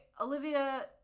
Olivia